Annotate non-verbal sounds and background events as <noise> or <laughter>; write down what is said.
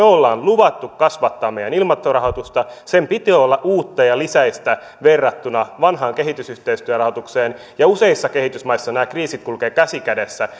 <unintelligible> olemme luvanneet kasvattaa meidän ilmastorahoitustamme sen piti olla uutta ja lisäistä verrattuna vanhaan kehitysyhteistyörahoitukseen ja useissa kehitysmaissa nämä kriisit kulkevat käsi kädessä <unintelligible>